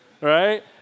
right